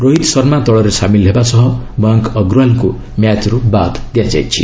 ରୋହିତ ଶର୍ମା ଦଳରେ ସାମିଲ ହେବା ସହ ମୟଙ୍କ ଅଗ୍ରୱାଲ୍ଙ୍କୁ ମ୍ୟାଚ୍ରୁ ବାଦ୍ ଦିଆଯାଇଛି